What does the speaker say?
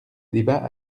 débat